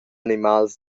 animals